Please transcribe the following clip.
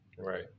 right